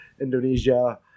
Indonesia